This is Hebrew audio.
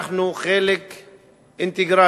אנחנו חלק אינטגרלי,